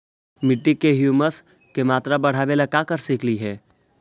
मिट्टी में ह्यूमस के मात्रा बढ़ावे ला का कर सकली हे?